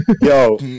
Yo